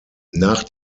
nach